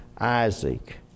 Isaac